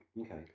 Okay